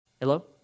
Hello